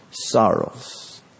Sorrows